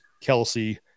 Kelsey